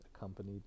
accompanied